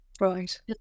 right